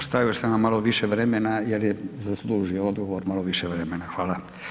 Ostavio sam vam malo više vremena jer je zaslužio odgovor, malo više vremena, hvala.